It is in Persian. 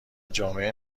جامعه